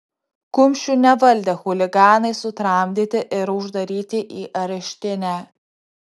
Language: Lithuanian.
kumščių nevaldę chuliganai sutramdyti ir uždaryti į areštinę